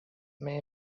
may